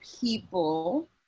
people